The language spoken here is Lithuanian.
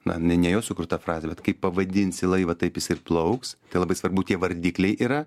na ne ne jo sukurta frazė bet kaip pavadinsi laivą taip jis ir plauks tai labai svarbu tie vardikliai yra